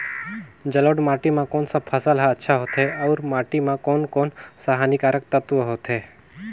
जलोढ़ माटी मां कोन सा फसल ह अच्छा होथे अउर माटी म कोन कोन स हानिकारक तत्व होथे?